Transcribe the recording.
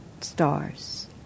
stars